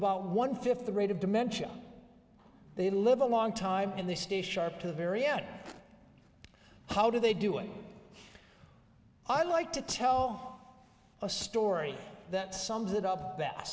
about one fifth the rate of dimentia they live a long time and they stay sharp to the very end how do they do it i like to tell a story that sums it up that